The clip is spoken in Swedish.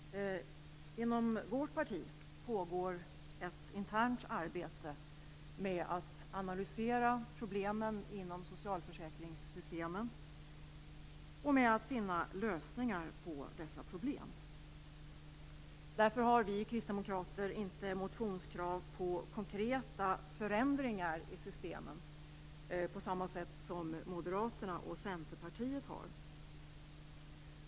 Fru talman! Inom vårt parti pågår ett internt arbete med att analysera problemen inom socialförsäkringssystemen och med att finna lösningar på dessa problem. Därför har vi kristdemokrater inte motionskrav på konkreta förändringar i systemen på samma sätt som Moderaterna och Centerpartiet har.